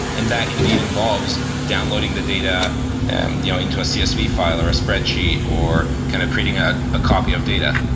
and that indeed involves downloading the data and you know into a csv file or a spreadsheet or kind of creating ah a copy of data.